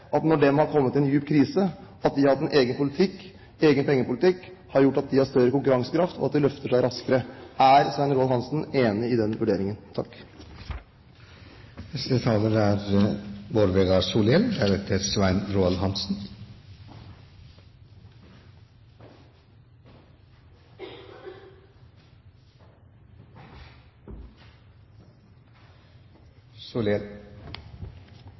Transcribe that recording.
når de har kommet i en dyp krise, at de har hatt en egen pengepolitikk som har gjort at de har større konkurransekraft, og at de løfter seg raskere. Er Svein Roald Hansen enig i den vurderingen?